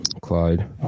Clyde